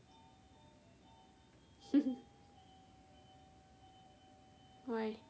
why